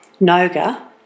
Noga